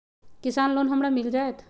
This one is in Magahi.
किसान लोन हमरा मिल जायत?